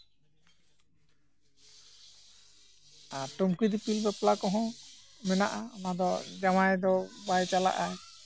ᱟᱨ ᱴᱩᱝᱠᱤ ᱫᱤᱯᱤᱞ ᱵᱟᱯᱞᱟ ᱠᱚᱦᱚᱸ ᱢᱮᱱᱟᱜᱼᱟ ᱚᱱᱟᱫᱚ ᱡᱟᱶᱟᱭ ᱫᱚ ᱵᱟᱭ ᱪᱟᱞᱟᱜᱼᱟ